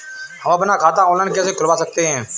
हम अपना खाता ऑनलाइन कैसे खुलवा सकते हैं?